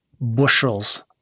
bushels